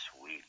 sweet